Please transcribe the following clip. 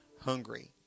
hungry